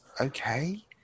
okay